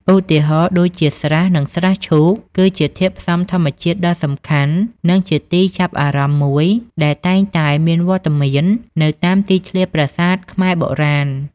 ឧទាហរណ៍ ដូចជា ស្រះ និងស្រះឈូក គឺជាធាតុផ្សំធម្មជាតិដ៏សំខាន់ និងជាទីចាប់អារម្មណ៍មួយដែលតែងតែមានវត្តមាននៅតាមទីធ្លាប្រាសាទខ្មែរបុរាណ។